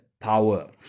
power